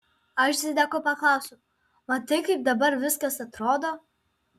aš zideko paklausiau matai kaip dabar viskas atrodo